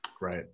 right